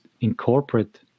incorporate